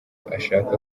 ashaka